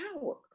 power